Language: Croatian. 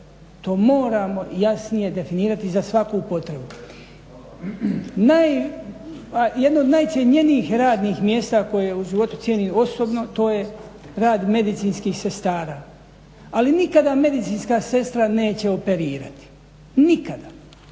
To moramo jasnije definirati za svaku potrebu. Jedno od najcjenjenijih radnih mjesta koje u životu cijenim osobno, to je rad medicinskih sestara, ali nikada medicinska sestra neće operirati, nikada,